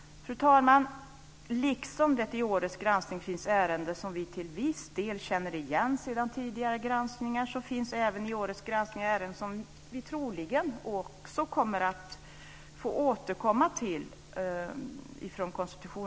Fru talman! Liksom det i årets granskning finns ärenden som vi till viss del känner igen sedan tidigare granskningar, finns även i årets granskning ärenden som vi i konstitutionsutskottet troligen också kommer att få återkomma till.